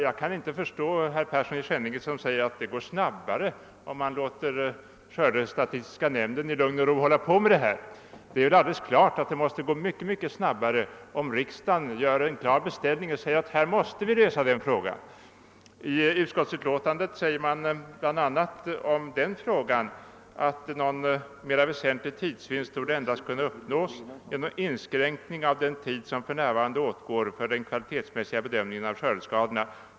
Jag kan inte förstå herr Persson i Skänninge som säger att det går snabbare om man låter skördestatistiska nämnden i lugn och ro hålla på med detta arbete. Det är väl alldeles klart att det måste gå mycket snabbare om riksdagen gör en klar beställning och säger att vi snarast måste lösa just denna fråga. I utskottsutlåtandet heter det bl.a. »en mera väsentlig tidsvinst torde endast kunna uppnås genom inskränkning av den tid som för närvarande åtgår för den kvalitetsmässiga bedömningen av skördeskadorna.